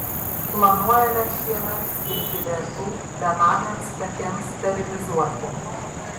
planuojame šiemet skirti lėšų benamėms katėms sterilizuoti